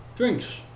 Drinks